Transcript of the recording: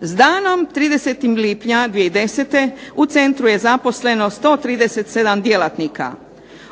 s danom 30. lipnja 2010. u centru je zaposleno 137 djelatnika,